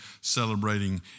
celebrating